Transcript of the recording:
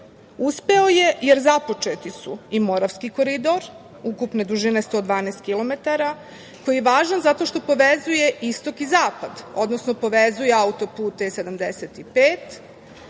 je, jer započeti su i Moravski koridor ukupne dužine 112 kilometara, koji je važan zato što povezuje istok i zapad, odnosno povezuje auto-put E-75 sa